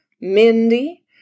Mindy